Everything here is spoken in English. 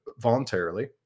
voluntarily